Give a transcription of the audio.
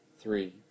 three